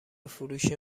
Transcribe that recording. فروش